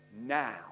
now